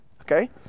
okay